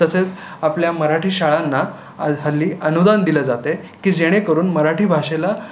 तसेच आपल्या मराठी शाळांना हल्ली अनुदान दिलं जात आहे की जेणेकरून मराठी भाषेला